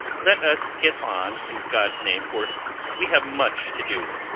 let us get on, in god's name for we have much to do.